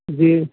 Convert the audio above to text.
جی